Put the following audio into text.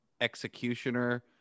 executioner